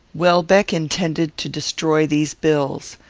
welbeck intended to destroy these bills.